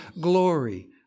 glory